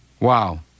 Wow